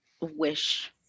wish